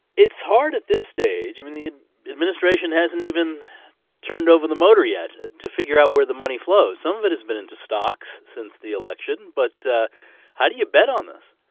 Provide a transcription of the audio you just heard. it's hard at this stage. i mean, the administration hasn't even turned over the motor yet to figure out where the money flows. some of it has been into stocks since the election, but how do you bet on this?